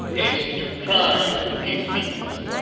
is to try to keep peace.